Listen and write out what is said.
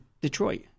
Detroit